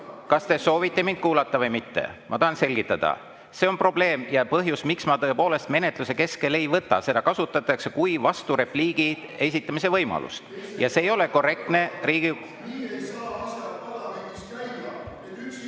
Kas te soovite mind kuulata või mitte? Ma tahan selgitada. See on probleem ja põhjus, miks ma tõepoolest menetluse keskel ei võta, seda kasutatakse kui vasturepliigi esitamise võimalust ja see ei ole korrektne.